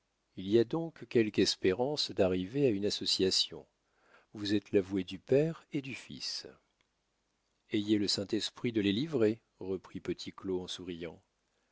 il y a donc quelque espérance d'arriver à une association vous êtes l'avoué du père et du fils ayez le saint-esprit de les livrer reprit petit claud en souriant